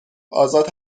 آزاد